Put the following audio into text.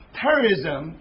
terrorism